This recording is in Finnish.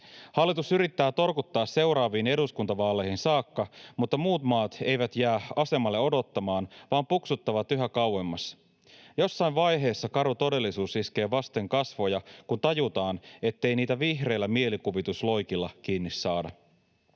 Hallitus yrittää torkuttaa seuraaviin eduskuntavaaleihin saakka, mutta muut maat eivät jää asemalle odottamaan vaan puksuttavat yhä kauemmas. Jossain vaiheessa karu todellisuus iskee vasten kasvoja, kun tajutaan, ettei niitä vihreillä mielikuvitusloikilla kiinni saada.